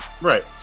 Right